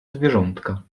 zwierzątka